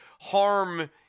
harm